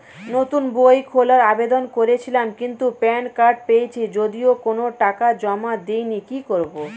নতুন বই খোলার আবেদন করেছিলাম কিন্তু প্যান কার্ড পেয়েছি যদিও কোনো টাকা জমা দিইনি কি করব?